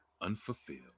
unfulfilled